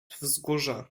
wzgórza